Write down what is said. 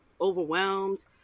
overwhelmed